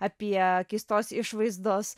apie keistos išvaizdos